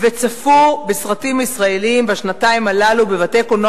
וצפו בסרטים ישראליים בשנתיים הללו בבתי-קולנוע